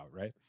right